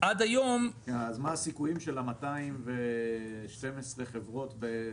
עד היום --- אז מה הסיכויים של ה-212 חברות ב-2021,